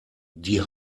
die